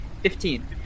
Fifteen